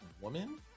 woman